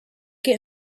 get